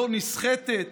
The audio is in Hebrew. לא נסחטת,